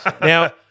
Now